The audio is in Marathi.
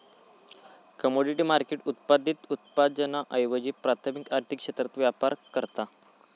कमोडिटी मार्केट उत्पादित उत्पादनांऐवजी प्राथमिक आर्थिक क्षेत्रात व्यापार करता